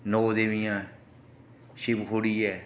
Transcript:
नौ देवियां शिवखोड़ी ऐ